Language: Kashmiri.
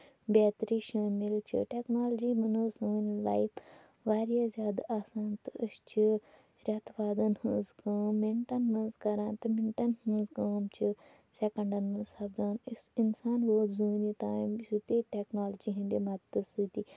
بیترِ شٲمِل چھِ ٹیکنولجی بَنٲو سٲنۍ لایف واریاہ زیادٕ آسان تہٕ أسۍ چھِ رٮ۪تہٕ وادَن ہنز کٲم مِنٹَن منٛز کران تہٕ مِنٹَن ہنز کٲم چھِ سیکَنڈَن منٛز سَپدان یُس اِنسان ووت زوٗنہِ تام سُہ تہِ ٹیکنولجی ہِندِ مدتہٕ سۭتی